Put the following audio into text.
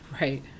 Right